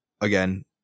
again